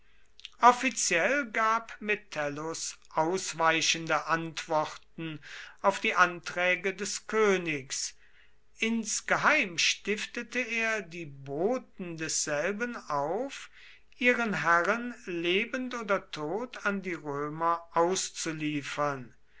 offiziell gab metellus ausweichende antworten auf die anträge des königs insgeheim stiftete er die boten desselben auf ihren herrn lebend oder tot an die römer auszuliefern